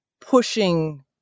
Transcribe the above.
pushing